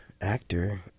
actor